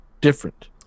different